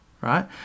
right